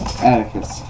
Atticus